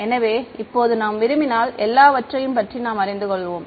எனவே இப்போது நாம் விரும்பினால் எல்லாவற்றையும் பற்றி நாம் அறிந்துகொள்வோம்